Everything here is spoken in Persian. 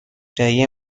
دایی